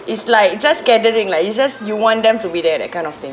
is like just gathering lah it's just you want them to be there that kind of thing